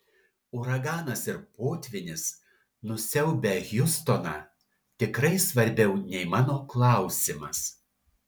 uraganas ir potvynis nusiaubę hjustoną tikrai svarbiau nei mano klausimas